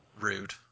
Rude